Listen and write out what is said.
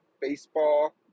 baseball